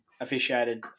officiated